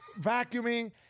vacuuming